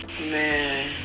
Man